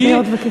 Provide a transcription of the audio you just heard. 20 שניות.